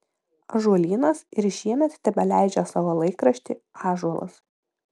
ąžuolynas ir šiemet tebeleidžia savo laikraštį ąžuolas